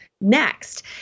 next